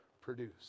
produce